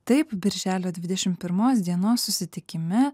taip birželio dvidešimt pirmos dienos susitikime